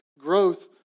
growth